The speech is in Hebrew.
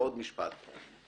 הוא כזה: